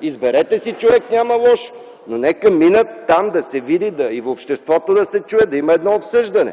Изберете си човек - няма лошо, но нека да минат там, да се види и в обществото да се чуе, да има едно обсъждане.